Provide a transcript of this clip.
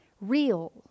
real